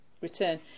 return